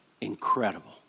Incredible